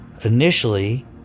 initially